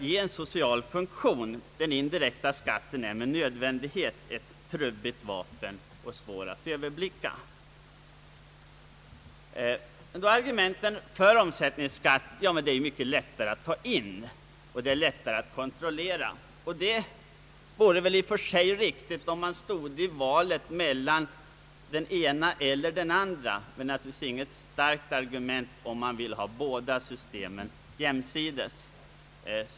Den indirekta skatten däremot är med nödvändighet ett trubbigt. vapen och svår att överblicka. Som argument för omsättningsskatten anförs att den: är lättare att ta in och lättare att kontrollera. Och det vore väl i och för sig riktigt om. man stod i valet mellan den ena skatten eller den andra. Men det är naturligtvis inget starkt argument, om man vill ha båda :systemen jämsides.